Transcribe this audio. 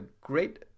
great